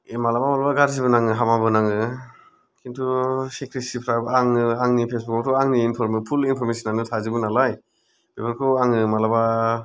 ए मालाबा मालाबा गारजिबो नाङो हामाबो नाङो खिन्थु सिक्रेसिफ्रा आङो आंनि फेसबुकावथ' आंनि फुल इनफरमेशनानो थाजोबोनालाय बेफोरखौ आङो मालाबा